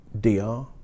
DR